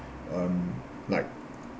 um like